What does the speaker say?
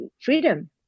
freedom